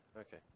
Okay